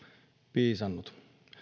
piisannut